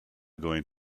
going